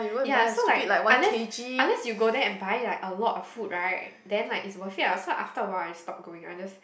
ya so like unless unless you go there and buy like a lot of food right then like it's worth it ah so after awhile I just stopped going I just